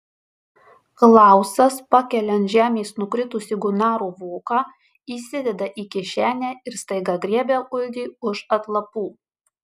klausas pakelia ant žemės nukritusį gunaro voką įsideda į kišenę ir staiga griebia uldį už atlapų